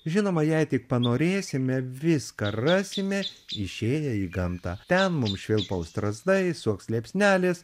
žinoma jei tik panorėsime viską rasime išėję į gamtą ten mums švilpaus strazdai suoks liepsnelės